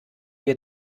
wir